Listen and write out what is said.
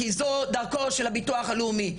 כי זו דרכו של הביטוח הלאומי,